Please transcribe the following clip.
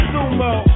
Sumo